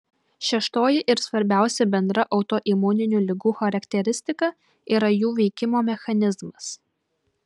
šeštoji ir svarbiausia bendra autoimuninių ligų charakteristika yra jų veikimo mechanizmas